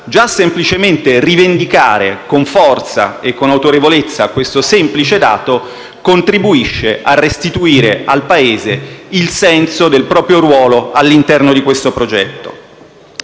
già semplicemente rivendicare con forza e con autorevolezza questo semplice dato contribuisce a restituire al Paese il senso del proprio ruolo all'interno di questo progetto.